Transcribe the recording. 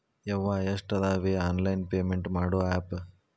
ಯವ್ವಾ ಎಷ್ಟಾದವೇ online payment ಮಾಡೋ ಆಪ್